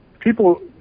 People